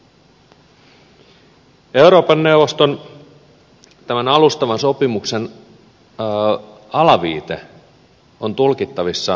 eurooppa neuvoston alustavan sopimuksen alaviite on tulkittavissa parilla eri tavalla